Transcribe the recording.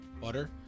butter